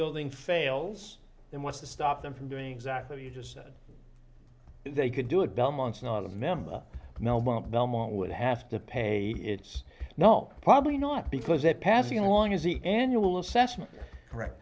building fails then what's to stop them from doing exactly you just said they could do it belmont's not a member of melbourne at belmont would have to pay it's no probably not because that passing along is the annual assessment correct